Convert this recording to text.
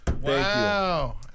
Wow